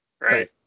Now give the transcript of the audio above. right